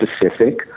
specific